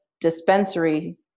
dispensary